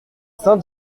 saint